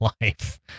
life